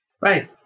Right